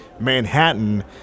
Manhattan